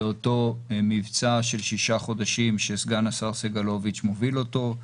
זה אותו מבצע של שישה חודשים שסגן השר סגלוביץ' מוביל אותו.